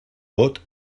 bot